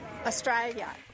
Australia